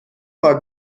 بار